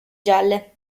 gialle